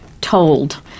told